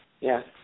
yes